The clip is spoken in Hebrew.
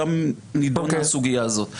שם נדונה הסוגייה הזאת.